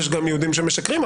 יש גם יהודים שמשקרים,